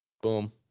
Boom